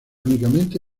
únicamente